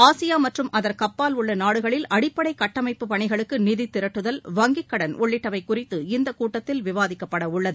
Asia மற்றும் அதற்கப்பால் உள்ள நாடுகளில் அடிப்படை கட்டமைப்பு பணிகளுக்கு நிதி திரட்டுதல் வங்கிக் கடன் உள்ளிட்டவை குறித்து இந்தக்கூட்டத்தில் விவாதிக்கப்பட உள்ளது